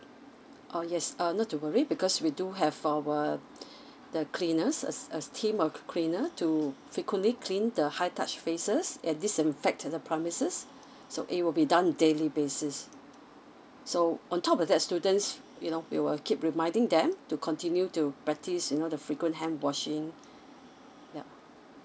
oh yes uh not to worry because we do have our the cleaners a a team of cleaner to frequently clean the high touch faces and disinfected in the premises so it will be done daily basis so on top of that students you know we will keep reminding them to continue to practice you know the frequent hand washing ya